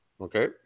Okay